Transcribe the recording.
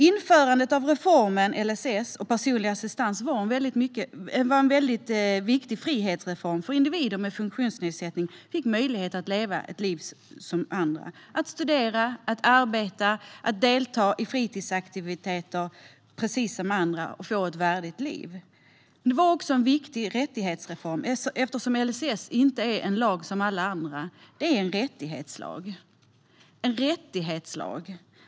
Införandet av reformen LSS och personlig assistans var en väldigt viktig frihetsreform. Den innebar att individer med funktionsnedsättning fick möjlighet att leva ett liv som andra. De fick möjlighet att studera, att arbeta och att delta i fritidsaktiviteter precis som andra - de kunde få ett värdigt liv. Det var också en viktig rättighetsreform, eftersom LSS inte är en lag som alla andra. Det är en rättighetslag.